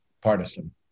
partisan